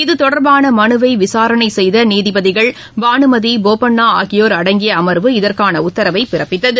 இத்தொடர்பான மனுவை விசாரணை செய்த நீதிபதிகள் பானுமதி போப்பண்ணா ஆகியோர் அடங்கிய அமர்வு இகற்கான உத்தரவினைப் பிறப்பித்தது